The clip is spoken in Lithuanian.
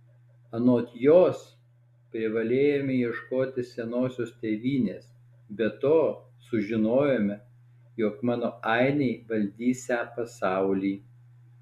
anot jos privalėjome ieškoti senosios tėvynės be to sužinojome jog mano ainiai valdysią pasaulį